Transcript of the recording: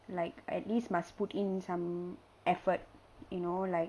like at least must put in some effort you know like